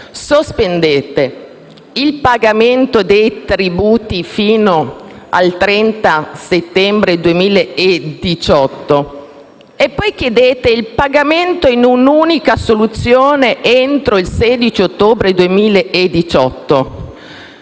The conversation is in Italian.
sospendete il pagamento dei tributi fino al 30 settembre 2018 e poi chiedete il pagamento in un'unica soluzione entro il 16 ottobre 2018.